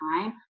time